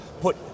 put